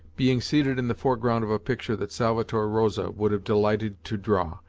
being seated in the foreground of a picture that salvator rosa would have delighted to draw,